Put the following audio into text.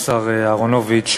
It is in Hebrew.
מי השר המשיב בנושא?